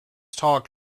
talk